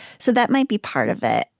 so that might be part of it.